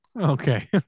okay